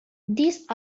these